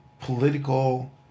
political